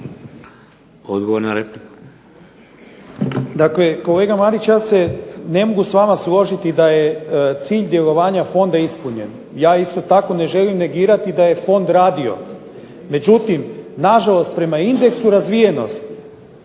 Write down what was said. Odgovor na repliku.